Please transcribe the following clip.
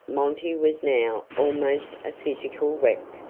monty was now almost a physical wreck,